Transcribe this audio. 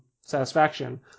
satisfaction